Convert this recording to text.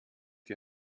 die